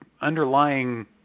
underlying